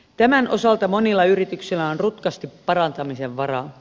tämän osalta monilla yrityksillä on rutkasti parantamisen varaa